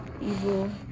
evil